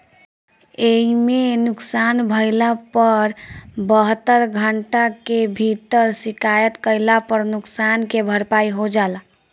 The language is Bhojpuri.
एइमे नुकसान भइला पर बहत्तर घंटा के भीतर शिकायत कईला पर नुकसान के भरपाई हो जाला